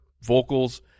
vocals